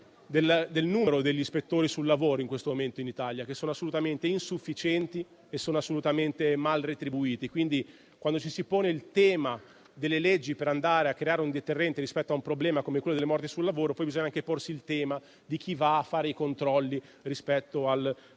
al numero degli ispettori sul lavoro presenti in questo momento in Italia, che sono assolutamente insufficienti e mal retribuiti. Quando ci si pone il tema delle leggi per creare un deterrente rispetto a un problema come quello delle morti sul lavoro, poi bisogna anche porsi quello di chi va a fare i controlli rispetto all'applicazione